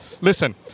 Listen